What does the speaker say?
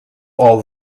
all